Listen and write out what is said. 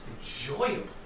Enjoyable